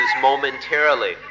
momentarily